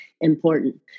important